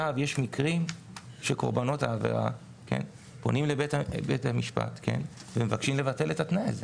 יש מקרים שקורבנות העבירה פונים לבית המשפט ומבקשים לבטל את התנאי הזה